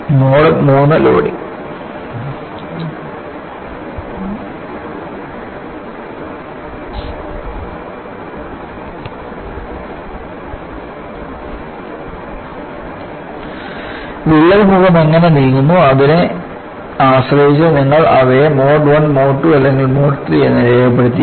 mode III loading വിള്ളൽ മുഖം എങ്ങനെ നീങ്ങുന്നു അതിനെ ആശ്രയിച്ച് നിങ്ങൾ അവയെ മോഡ് I മോഡ് II അല്ലെങ്കിൽ മോഡ് III എന്ന് രേഖപ്പെടുത്തുന്നു